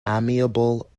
amiable